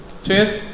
Cheers